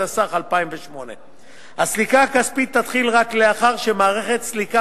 התשס"ח 2008. הסליקה הכספית תתחיל רק לאחר שמערכת סליקה